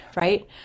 right